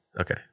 Okay